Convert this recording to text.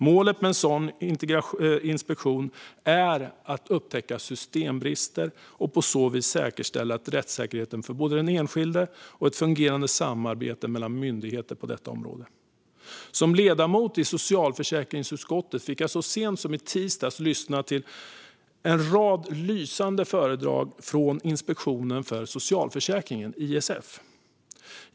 Målet med en sådan inspektion är att upptäcka systembrister och på så vis säkerställa rättssäkerheten för den enskilde och ett fungerande samarbete mellan myndigheter på detta område. Som ledamot i socialförsäkringsutskottet fick jag så sent som i tisdags lyssna till en rad lysande föredrag av Inspektionen för socialförsäkringen, ISF.